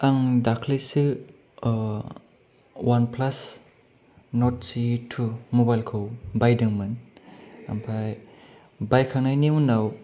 आं दाखालिसो अवान प्लास नर्द सि टु मबाइलखौ बायदोंमोन ओमफ्राय बायखांनायनि उनाव